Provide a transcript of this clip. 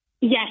Yes